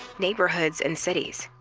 neighborhoods and cities.